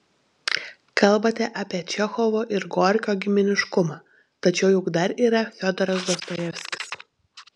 kalbate apie čechovo ir gorkio giminiškumą tačiau juk dar yra fiodoras dostojevskis